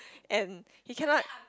and he cannot